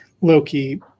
Loki